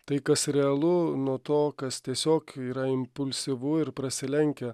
tai kas realu nuo to kas tiesiog yra impulsyvu ir prasilenkia